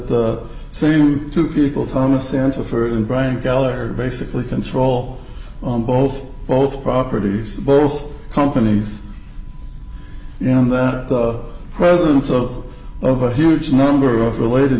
the same people thomas and for him brian geller basically control on both both properties both companies and that the presence of of a huge number of related